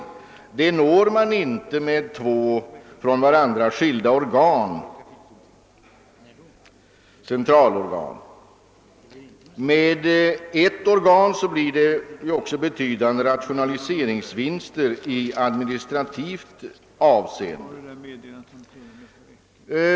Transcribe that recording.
Man uppnår inte detta syfte med två från varandra skilda centralorgan. Med ett enda organ blir det betydande rationaliseringsvinster i administrativt avseende.